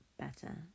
better